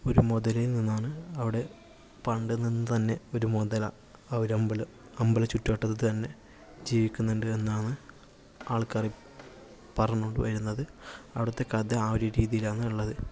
ഒരു മുതലയിൽ നിന്നാണ് അവിടെ പണ്ട് നിന്ന് തന്നെ ഒരു മുതല ആ ഒരു അമ്പലം ചുറ്റുവട്ടത്ത് തന്നെ ജീവിക്കുന്നുണ്ട് എന്നാണ് ആൾക്കാര് പറഞ്ഞു കൊണ്ട് വരുന്നത് അവിടുത്തെ കഥ ആ ഒരു രീതിലാണ് ഉള്ളത്